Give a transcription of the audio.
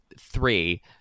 three